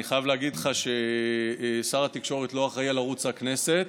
אני חייב להגיד לך ששר התקשורת לא אחראי לערוץ הכנסת,